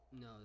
No